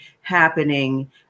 happening